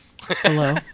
Hello